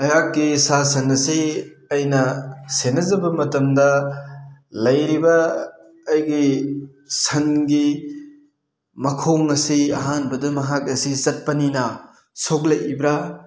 ꯑꯩꯍꯥꯛꯀꯤ ꯁꯥ ꯁꯟ ꯑꯁꯤ ꯑꯩꯅ ꯁꯦꯟꯅꯖꯕ ꯃꯇꯝꯗ ꯂꯩꯔꯤꯕ ꯑꯩꯒꯤ ꯁꯟꯒꯤ ꯃꯈꯣꯡ ꯑꯁꯤ ꯑꯍꯥꯟꯕꯗ ꯃꯍꯥꯛ ꯑꯁꯤ ꯆꯠꯄꯅꯤꯅ ꯁꯣꯛꯂꯛꯏꯕ꯭ꯔꯥ